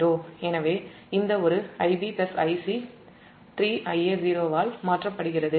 எனவேஇந்த ஒரு Ib Ic 3 Ia0 ஆல் மாற்றப்படுகிறது